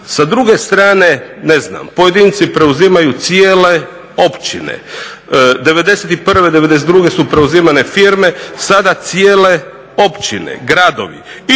Sa druge strane, ne znam, pojedinci preuzimaju cijele općine. '91. i '92. su preuzimane firme, sada cijele općine, gradovi